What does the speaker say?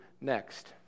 next